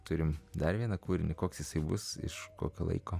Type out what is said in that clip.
turime dar vieną kūrinį koks jisai bus iš kokio laiko